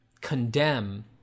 condemn